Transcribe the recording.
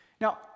Now